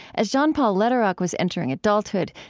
as john paul lederach was entering adulthood,